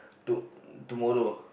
to tomorrow